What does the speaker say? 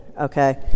okay